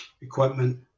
equipment